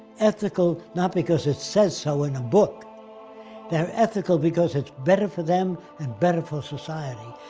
ethical, not because it says so in a book they're ethical because it's better for them and better for society.